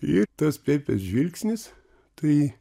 ir tas pepės žvilgsnis tai